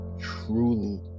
truly